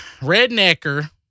Rednecker